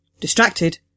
Distracted